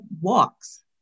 walks